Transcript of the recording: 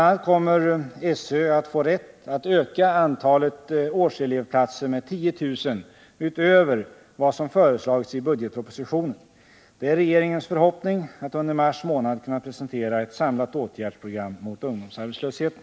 a. kommer SÖ att få rätt att öka antalet årselevplatser med 10 000 utöver vad som föreslagits i budgetpropositionen. Det är regeringens förhoppning att under mars månad kunna presentera ett samlat åtgärdsprogram mot ungdomsarbetslösheten.